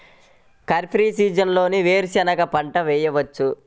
ఖరీఫ్ సీజన్లో వేరు శెనగ పంట వేయచ్చా?